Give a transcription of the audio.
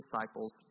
disciples